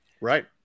Right